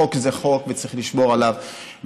חוק זה חוק וצריך לשמור עליו.